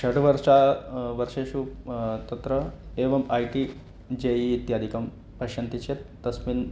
षड् वर्ष वर्षेषु तत्र एवम् I T J E E इत्यादिकं पश्यन्ति चेत् तस्मिन्